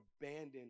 abandoned